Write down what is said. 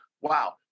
wow